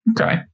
okay